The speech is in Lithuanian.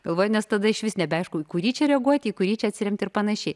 galvoj nes tada išvis nebeaišku į kurį čia reaguoti į kurį čia atsiremti ir panašiai